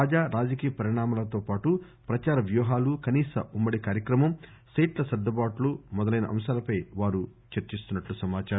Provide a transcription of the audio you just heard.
తాజా రాజకీయ పరిణామాల తో పాటు ప్రచార వ్యూహాలు కనీస ఉమ్మడి కార్యక్రమం సీట్ల సర్దుబాట్లు మొదలైన అంశాల పై వారు చర్చిస్తున్నట్లు సమాచారం